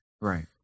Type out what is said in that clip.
right